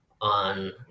on